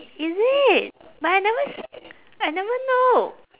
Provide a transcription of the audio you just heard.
is it but I never s~ I never know